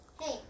Hey